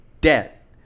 Debt